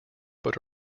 but